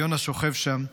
יונה שוכב שם,